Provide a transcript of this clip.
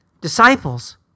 disciples